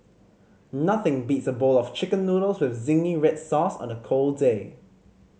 nothing beats a bowl of Chicken Noodles with zingy red sauce on a cold day